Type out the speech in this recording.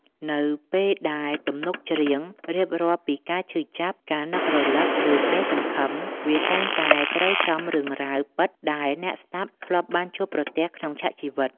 នៅពេលដែលទំនុកច្រៀងរៀបរាប់ពីការឈឺចាប់ ការនឹករលឹក ឬក្ដីសង្ឃឹម វាតែងតែត្រូវចំរឿងរ៉ាវពិតដែលអ្នកស្ដាប់ធ្លាប់បានជួបប្រទះក្នុងឆាកជីវិត